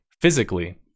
physically